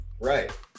Right